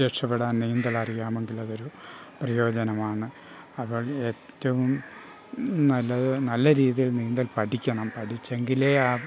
രക്ഷപെടാൻ നീന്തൽ അറിയാമെങ്കിൽ അതൊരു പ്രയോജനമാണ് അപ്പം ഏറ്റവും നല്ലത് നല്ല രീതിയിൽ നീന്തൽ പഠിക്കണം പഠിച്ചെങ്കിലേ ആ